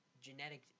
genetic